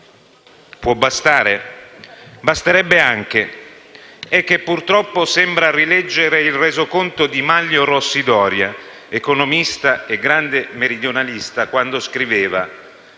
Può bastare? Basterebbe anche. È che purtroppo sembra di rileggere il resoconto di Manlio Rossi Doria, economista e grande meridionalista, quando scriveva,